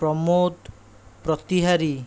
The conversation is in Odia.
ପ୍ରମୋଦ ପ୍ରତିହାରୀ